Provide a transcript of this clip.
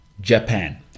Japan